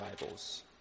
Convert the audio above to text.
Bibles